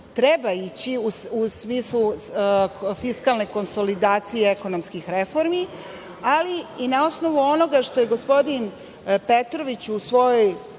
treba ići u smislu fiskalne konsolidacije i ekonomskih reformi, ali i na osnovu onoga što je gospodin Petrović u svojoj